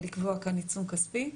לקבוע כאן עיצום כספי.